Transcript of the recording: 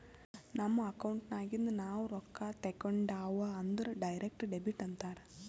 ನಮ್ ಅಕೌಂಟ್ ನಾಗಿಂದ್ ನಾವು ರೊಕ್ಕಾ ತೇಕೊಂಡ್ಯಾವ್ ಅಂದುರ್ ಡೈರೆಕ್ಟ್ ಡೆಬಿಟ್ ಅಂತಾರ್